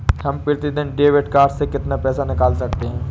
हम प्रतिदिन debit card से कितना पैसा निकाल सकते हैं?